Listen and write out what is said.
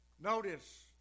notice